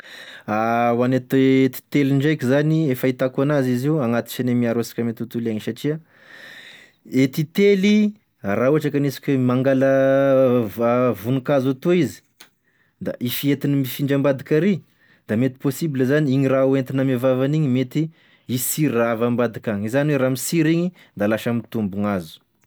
Hoane t- titely ndraiky zany e fahitako enazy izy io agnatisany miaro asikany ame tontolo iainana, satria e titely raha ohatry anisika hoe mangala va vonikazo etoa izy da hisyentiny mifindra ambadik'ary da mety possible zany igny raha hoentiny ame vavany igny mety hisiry raha avy ambadik'agny izany hoe raha misiry igny da lasa mitombo gn'hazo.